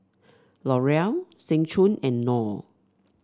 L'Oreal Seng Choon and Knorr